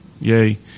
yay